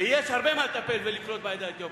ויש הרבה מה לטפל ולקלוט בעדה האתיופית,